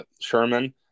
Sherman